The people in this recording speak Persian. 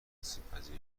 آسیبپذیر